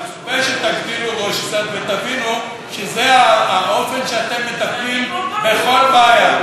מצופה שתגדילו ראש קצת ותבינו שזה האופן שאתם מטפלים בכל בעיה.